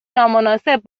نامناسب